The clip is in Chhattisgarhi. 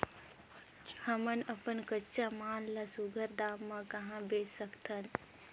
हमन अपन कच्चा माल ल सुघ्घर दाम म कहा बेच सकथन?